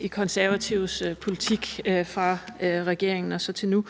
i Konservatives politik, fra de sad i regering og så til nu.